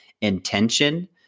intention